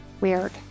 weird